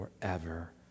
forever